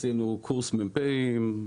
עשינו קורס מ"פים,